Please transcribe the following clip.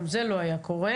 גם זה לא היה קורה.